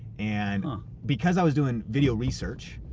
an because i was doing video research,